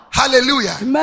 hallelujah